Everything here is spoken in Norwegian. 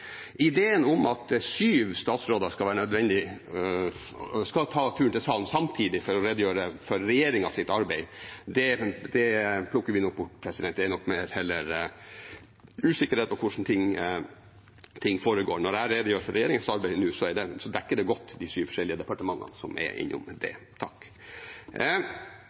Ideen om at det skal være nødvendig at syv statsråder tar turen til salen samtidig for å redegjøre for regjeringens arbeid, plukker vi nok bort. Det er nok heller usikkerhet om hvordan ting foregår. Når jeg redegjør for regjeringens arbeid nå, dekker det godt de syv forskjellige departementene som er innom dette. Det